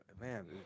Man